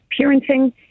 parenting